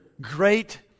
great